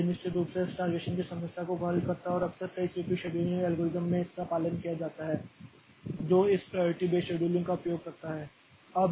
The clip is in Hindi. तो यह निश्चित रूप से स्टारवेशन की समस्या को हल करता है और अक्सर कई CPU शेड्यूलिंग एल्गोरिदम में इसका पालन किया जाता है जो इस प्राइयारिटी बेस्ड शेड्यूलिंग का उपयोग करता है